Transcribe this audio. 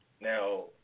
Now